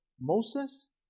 Moses